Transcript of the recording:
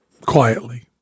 Quietly